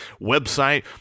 website